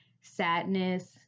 sadness